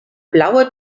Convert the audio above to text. blaue